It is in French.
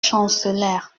chancelèrent